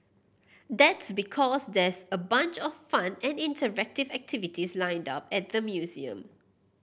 that's because there's a bunch of fun and interactive activities lined up at the museum